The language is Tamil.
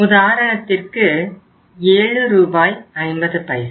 உதாரணத்திற்கு 7 ரூபாய் 50 பைசா